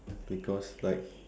because like